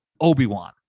Obi-Wan